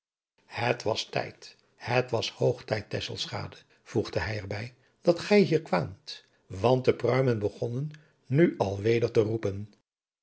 het was tijd het was hoog tijd tesselschade voegde hij er bij dat gij hier kwaamt want de pruimen begonnen nu al weder te roepen